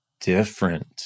different